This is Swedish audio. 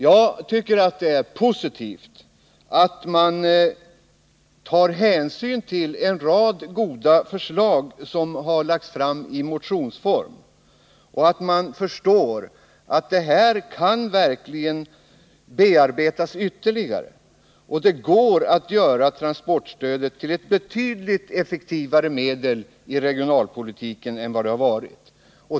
Jag tycker det är positivt att man tar hänsyn till en rad goda förslag som har lagts fram i motionsform och att man förstår att dessa verkligen kan bearbetas ytterligare. Och det går att göra transportstödet till ett betydligt effektivare medel i regionalpolitiken än vad det har varit.